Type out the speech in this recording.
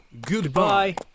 Goodbye